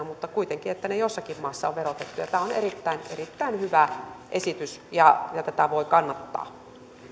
mutta kuitenkin että ne jossakin maassa on verotettu tämä on erittäin erittäin hyvä esitys ja tätä voi kannattaa